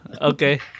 Okay